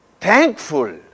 thankful